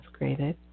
upgraded